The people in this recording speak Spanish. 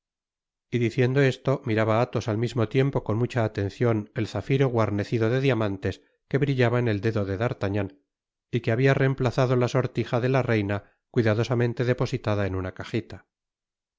y diciendo esto miraba athos al mismo tiempo con mucha atencion el zafiro guarnecido de diamantes que brillaba en el dedo de d'artagnan y que habia reemplazado la sortija de la reina cuidadosamente depositada en una cajita